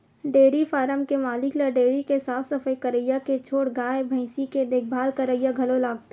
dairy farm के मालिक ल डेयरी के साफ सफई करइया के छोड़ गाय भइसी के देखभाल करइया घलो लागथे